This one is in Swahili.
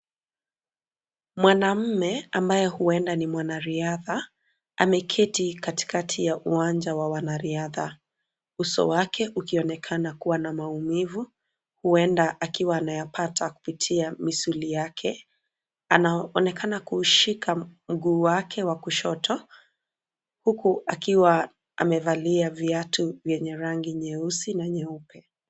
Mwanamume ambaye huenda ni mwanariadha, ameketi katikati ya uwanja wa wanariadha, uso wake ukionekana kuwa na maumivu, huenda akiwa ameyapata kupitia misuli yake, anaonekana kuushika mguu wake wa kushoto, huku akiwa, amevalia viatu vyenye rangi nyeusi na nyeupe.